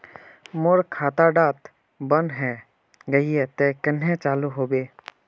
मोर खाता डा बन है गहिये ते कन्हे चालू हैबे?